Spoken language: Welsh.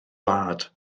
wlad